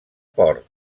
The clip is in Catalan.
port